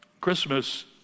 Christmas